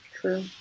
true